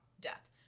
death